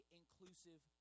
inclusive